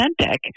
authentic